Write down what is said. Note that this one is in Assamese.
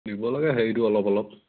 দিব লাগে হেৰিটো অলপ অলপ